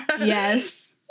Yes